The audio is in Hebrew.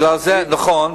נכון,